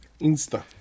Insta